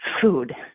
food